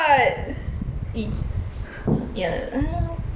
yeah